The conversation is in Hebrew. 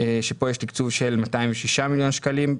שפה יש תקצוב של 206 מיליון שקלים,